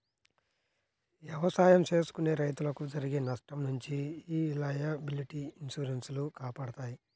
ఎవసాయం చేసుకునే రైతులకు జరిగే నష్టం నుంచి యీ లయబిలిటీ ఇన్సూరెన్స్ లు కాపాడతాయి